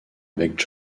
avec